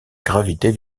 gravité